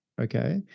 Okay